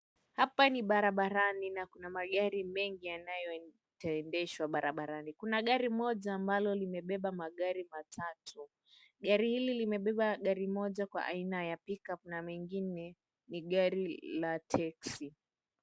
Hapa ni barabarani na kuna magari mengi yanayoendeshwa barabarani. Kuna gari moja ambalo limebeba magari matatu. Gari hili limebeba gari moja kwa aina ya pick up na mengine ni gari la teksi.